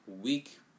week